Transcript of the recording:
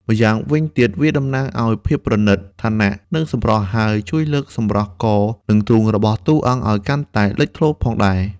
ម្យ៉ាងវិញទៀតវាតំណាងឲ្យភាពប្រណីត ឋានៈ និងសម្រស់ ហើយជួយលើកសម្រស់ក និងទ្រូងរបស់តួអង្គឲ្យកាន់តែលេចធ្លោផងដែរ។